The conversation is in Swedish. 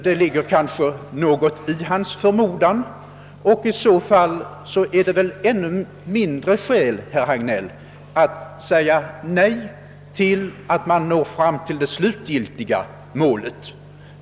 Det ligger kanske något i hans förmodan, men i så fall finns det väl ännu mindre skäl att säga nej till en utredning som gör det möjligt för oss att nå fram till det slutliga målet.